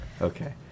Okay